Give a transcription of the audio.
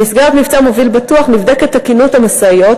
במסגרת המבצע "מוביל בטוח" נבדקת תקינות המשאיות,